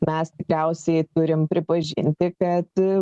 mes tikriausiai turim pripažinti kad